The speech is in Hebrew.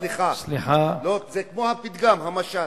סליחה, זה כמו המשל,